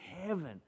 heaven